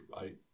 right